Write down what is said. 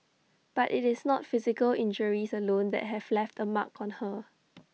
but IT is not physical injuries alone that have left A mark on her